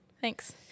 Thanks